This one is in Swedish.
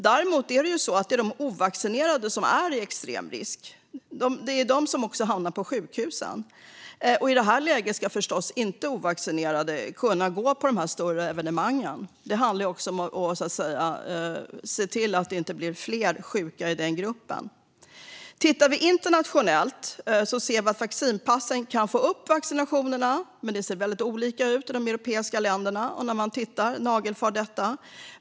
Däremot är de ovaccinerade i extrem risk. Det är också de som hamnar på sjukhusen. I detta läge ska ovaccinerade förstås inte kunna gå på de större evenemangen. Det handlar om att se till att det inte blir fler sjuka i den gruppen. Tittar vi internationellt ser vi att vaccinpassen kan få upp vaccinationerna, men det ser väldigt olika ut i de europeiska länderna när man nagelfar detta.